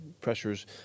pressures